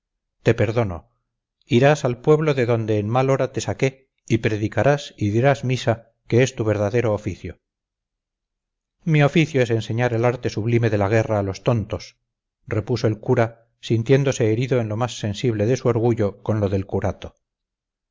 te perdono irás al pueblo de donde en mal hora te saqué y predicarás y dirás misa que es tu verdadero oficio mi oficio es enseñar el arte sublime de la guerra a los tontos repuso el cura sintiéndose herido en lo más sensible de su orgullo con lo del curato